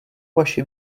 vaše